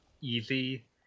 easy